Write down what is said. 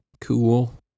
Cool